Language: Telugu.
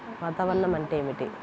వాతావరణం అంటే ఏమిటి?